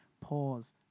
pause